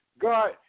God